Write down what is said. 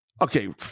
Okay